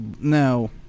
now